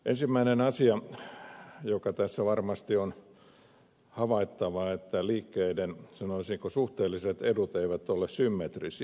ensimmäinen asia joka tässä varmasti on havaittava on että liikkeiden sanoisinko suhteelliset edut eivät ole symmetrisiä